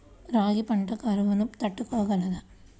రాగి పంట కరువును తట్టుకోగలదా?